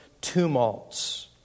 tumults